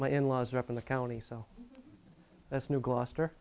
my in laws rep in the county so that's new gloucester